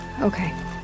Okay